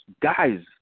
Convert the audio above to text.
guys